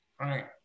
Right